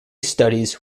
studies